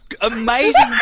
amazing